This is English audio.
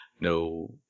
no